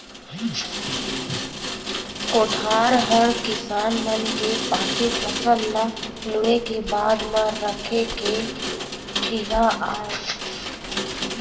कोठार हर किसान मन के पाके फसल ल लूए के बाद म राखे के ठिहा आय